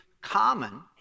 common